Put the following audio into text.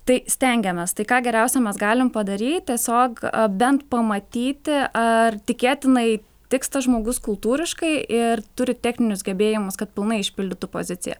tai stengiamės tai ką geriausia mes galim padaryt tiesiog bent pamatyti ar tikėtinai tiks tas žmogus kultūriškai ir turi techninius gebėjimus kad pilnai išpildytų poziciją